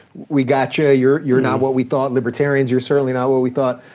we got ya, you're you're not what we thought. libertarians, you're certainly not what we thought.